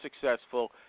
successful